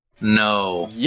No